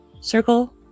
circle